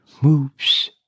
moves